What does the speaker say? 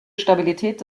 stabilität